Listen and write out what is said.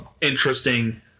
interesting